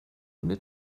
ohne